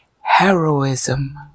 heroism